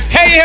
Hey